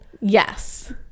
yes